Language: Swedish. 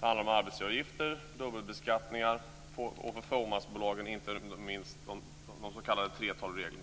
Det handlar om arbetsgivaravgifter, dubbelbeskattningar och för fåmansbolagen inte minst de s.k. 3:12-reglerna.